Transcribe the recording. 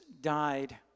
died